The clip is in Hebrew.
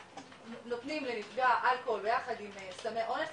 נותנים לנפגע האלכוהול ביחד עם סמי אונס,